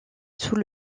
sous